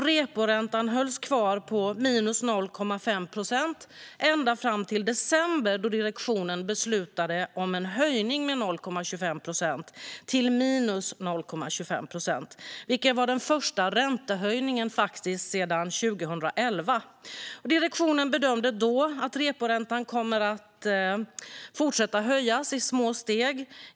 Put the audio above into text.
Reporäntan hölls kvar på 0,5 procent ända fram till december, då direktionen beslutade om en höjning med 0,25 procent till 0,25 procent. Det var faktiskt den första räntehöjningen sedan 2011. Direktionen bedömde då att reporäntan skulle fortsätta att höjas i små steg.